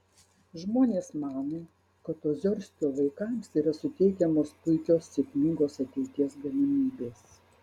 žmonės mano kad oziorsko vaikams yra suteikiamos puikios sėkmingos ateities galimybės